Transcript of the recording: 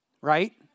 right